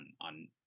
on